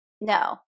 no